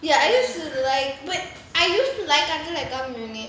ya but I used to like until I come uni~